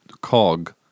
COG